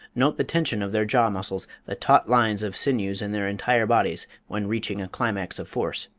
note the tension of their jaw muscles, the taut lines of sinews in their entire bodies when reaching a climax of force.